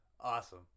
Awesome